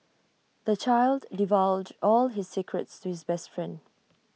the child divulged all his secrets to his best friend